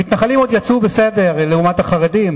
המתנחלים עוד יצאו בסדר לעומת החרדים.